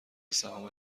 سهام